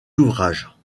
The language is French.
ouvrages